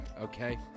okay